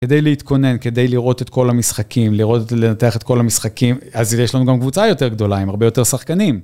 כדי להתכונן, כדי לראות את כל המשחקים, לראות-לנתח את כל המשחקים... אז יש לנו גם קבוצה יותר גדולה, עם הרבה יותר שחקנים.